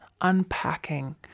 unpacking